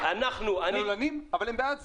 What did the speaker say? אבל הם בעד זה.